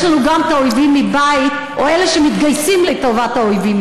יש לנו גם את האויבים מבית או אלה שמתגייסים לטובת האויבים,